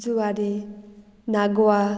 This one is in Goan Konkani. जुवारी नागवा